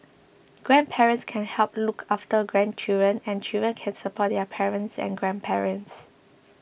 grandparents can help look after grandchildren and children can support their parents and grandparents